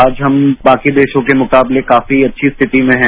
आज हम बाकी देशों के मुकाबले काफी अच्छी स्थिति में हैं